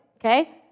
okay